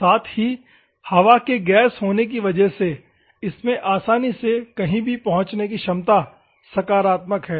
साथ ही हवा के गैस होने की वजह से इसमें आसानी से कही भी पहुंचने की क्षमता सकारात्मक है